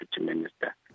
minister